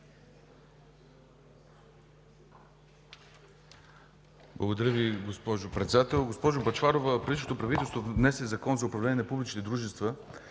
Благодаря Ви, госпожо Председател. Госпожо Бъчварова, предишното правителство внесе Закон за управление на публични дружества